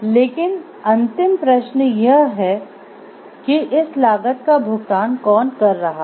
लेकिन अंतिम प्रश्न यह है कि इस लागत का भुगतान कौन कर रहा है